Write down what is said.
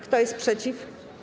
Kto jest przeciw?